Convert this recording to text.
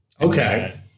Okay